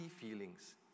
feelings